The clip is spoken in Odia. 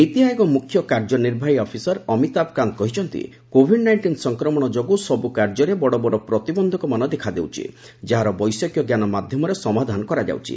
ନୀତିଆୟୋଗ ମ୍ରଖ୍ୟ କାର୍ଯ୍ୟ ନିର୍ବାହୀ ଅଫିସର୍ ଅମିତାଭ୍ କାନ୍ତ କହିଛନ୍ତି କୋଭିଡ୍ ନାଇଷ୍ଟିନ୍ ସଂକ୍ରମଣ ଯୋଗୁଁ ସବୁ କାର୍ଯ୍ୟରେ ବଡ଼ ବଡ଼ ପ୍ରତିବନ୍ଧକମାନ ଦେଖାଦେଉଛି ଯାହାର ବୈଷୟିକଞ୍ଜାନ ମାଧ୍ୟମରେ ସମାଧାନ କରାଯାଉଛି